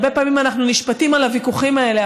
הרבה פעמים אנחנו נשפטים על הוויכוחים האלה,